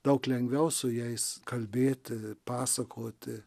daug lengviau su jais kalbėti pasakoti